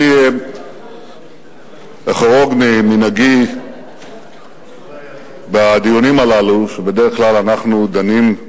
אני אחרוג ממנהגי בדיונים הללו שבדרך כלל אנחנו דנים,